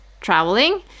traveling